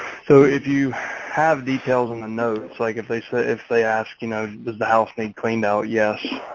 so if you have details in the notes, like if they said if they asked, you know the the house need cleaned out? yes.